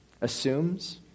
assumes